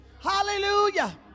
Hallelujah